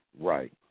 Right